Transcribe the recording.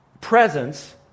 presence